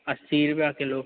असीं रुपिया किलो